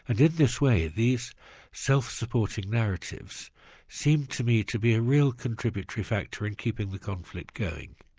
and in this way these self-supporting narratives seem to me to be a real contributory factor in keeping the conflict going.